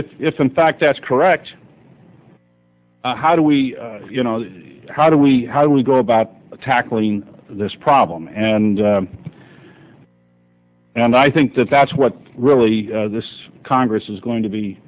if if in fact that's correct how do we you know how do we how do we go about tackling this problem and and i think that that's what really this congress is going to be